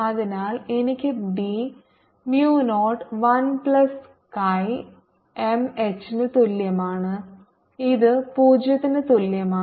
അതിനാൽ എനിക്ക് B mu naught 1 plus Chi എംഎച്ചിന് തുല്യമാണ് ഇത് 0 ന് തുല്യമാണ്